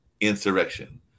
insurrection